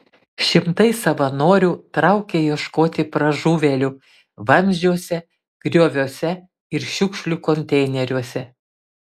šimtai savanorių traukė ieškoti pražuvėlių vamzdžiuose grioviuose ir šiukšlių konteineriuose